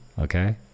Okay